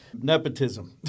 Nepotism